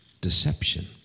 deception